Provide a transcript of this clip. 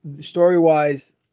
story-wise